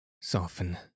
soften